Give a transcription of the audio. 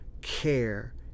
care